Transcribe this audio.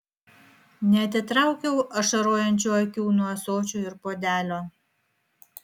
neatitraukiau ašarojančių akių nuo ąsočio ir puodelio